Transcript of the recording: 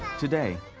today,